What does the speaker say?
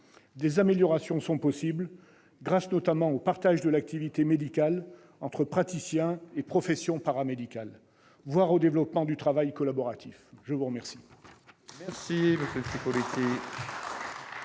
Des améliorations sont possibles, notamment grâce au partage de l'activité médicale entre praticiens et professions paramédicales, voire au développement du travail collaboratif. La parole